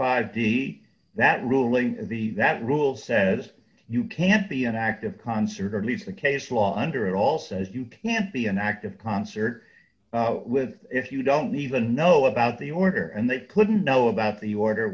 be that ruling the that rule says you can't be an active concert or at least the case law under all says you can't be an active concert with if you don't even know about the order and they couldn't know about the order